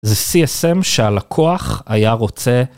זה CSM שהלקוח היה רוצה.